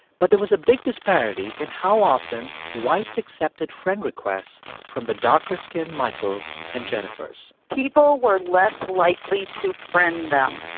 but there was a big disparity in how often whites accepted friend requests from the darker-skin michaels and jennifers people were less likely to friend them.